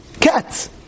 Cats